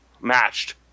matched